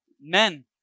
men